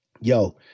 yo